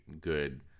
good